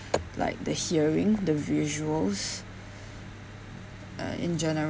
like the hearing the visuals uh in general